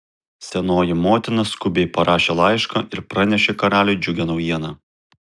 senoji motina skubiai parašė laišką ir pranešė karaliui džiugią naujieną